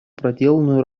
проделанную